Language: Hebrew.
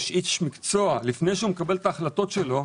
איש מקצוע לפני שהוא מקבל את ההחלטות שלו,